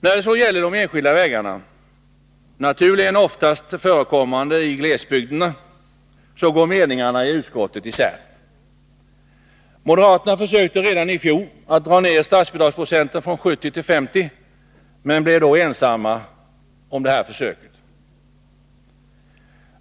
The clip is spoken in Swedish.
När det så gäller de enskilda vägarna, vilka naturligen oftast är att finna ute iglesbygderna, går meningarna i utskottet isär. Moderaterna försökte redan i fjol att dra ned statsbidragsprocenten från 70 till 50, men de blev då ensamma om detta försök.